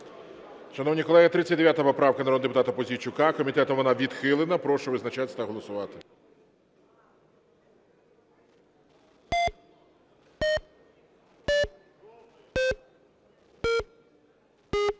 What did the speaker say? Шановні колеги, 39 поправка народного депутата Пузійчука, комітетом вона відхилена. Прошу визначатися та голосувати.